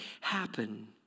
happen